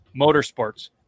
motorsports